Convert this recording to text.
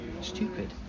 Stupid